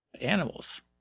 animals